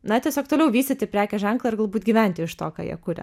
na tiesiog toliau vystyti prekės ženklą ir galbūt gyventi iš to ką jie kuria